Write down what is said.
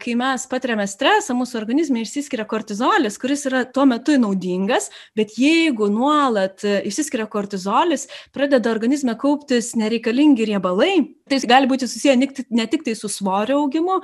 kai mes patiriame stresą mūsų organizme išsiskiria kortizolis kuris yra tuo metu naudingas bet jeigu nuolat išsiskiria kortizolis pradeda organizme kauptis nereikalingi riebalai tai jis gali būti susieję ne tiktai su svorio augimu